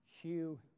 Hugh